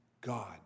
God